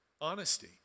Honesty